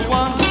one